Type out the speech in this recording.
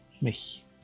mich